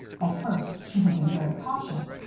at first she had been very cautious,